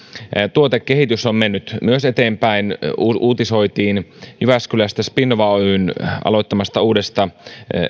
tuotekehitys on myös mennyt eteenpäin uutisoitiin jyväskylästä spinnova oyn aloittamasta uudesta laitoksesta